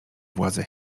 władze